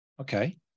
Okay